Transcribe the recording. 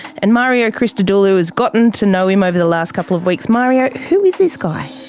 and mario christodoulou has gotten to know him over the last couple of weeks. mario, who is this guy?